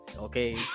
Okay